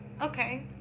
Okay